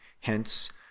Hence